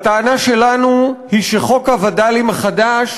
הטענה שלנו היא שחוק הווד"לים החדש